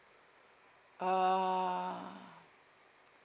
uh